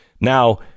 Now